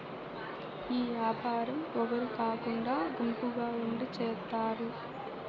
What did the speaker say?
ఈ యాపారం ఒగరు కాకుండా గుంపుగా ఉండి చేత్తారు